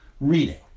reading